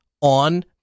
on